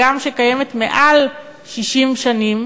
הגם שהיא קיימת מעל 60 שנה,